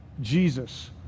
Jesus